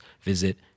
visit